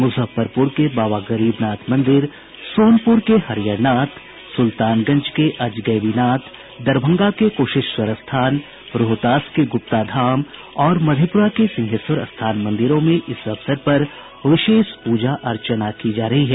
मुजफ्फरपुर के बाबा गरीबनाथ मंदिर सोनपुर के हरिहरनाथ सुल्तानगंज के अजगैबीनाथ दरभंगा के कुशेश्वर स्थान रोहतास के गुप्ताधाम और मधेपुरा के सिंहेश्वर स्थान मंदिरों में इस अवसर पर विशेष पूजा अर्चना की जा रही है